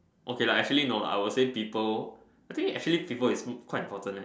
okay lah actually no lah I would say people I think actually people is quite fortunate